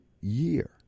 year